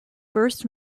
first